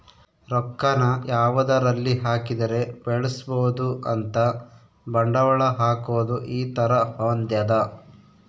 ರೊಕ್ಕ ನ ಯಾವದರಲ್ಲಿ ಹಾಕಿದರೆ ಬೆಳ್ಸ್ಬೊದು ಅಂತ ಬಂಡವಾಳ ಹಾಕೋದು ಈ ತರ ಹೊಂದ್ಯದ